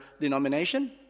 denomination